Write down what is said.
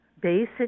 Basic